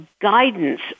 guidance